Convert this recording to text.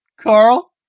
Carl